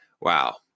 Wow